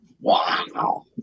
Wow